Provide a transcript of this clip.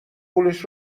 پولش